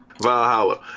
Valhalla